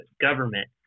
government